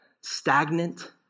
stagnant